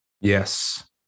Yes